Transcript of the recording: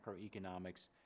macroeconomics